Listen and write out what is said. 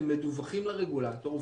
הם מדווחים לרגולטור,